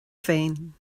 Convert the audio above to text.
féin